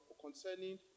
concerning